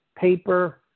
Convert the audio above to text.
paper